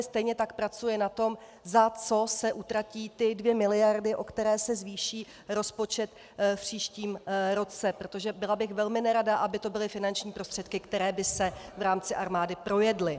Stejně tak pracuje na tom, za co se utratí ty dvě miliardy, o které se zvýší rozpočet v příštím roce, protože byla bych velmi nerada, aby to byly finanční prostředky, které by se v rámci armády projedly.